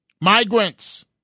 Migrants